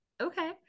okay